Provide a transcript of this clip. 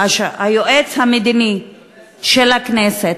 היועץ המדיני של הכנסת.